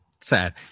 sad